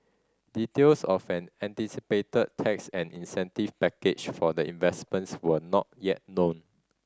details of an anticipated tax and incentive package for the investment were not yet known